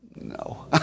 no